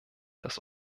dass